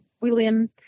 William